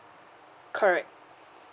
correct